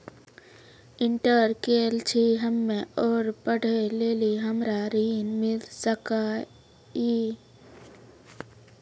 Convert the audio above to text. Inter केल छी हम्मे और पढ़े लेली हमरा ऋण मिल सकाई?